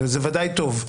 זה ודאי טוב.